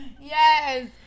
yes